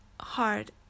hard